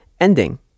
ending